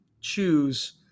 choose